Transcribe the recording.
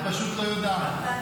את פשוט לא יודעת.